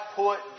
put